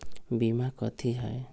बीमा कथी है?